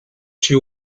she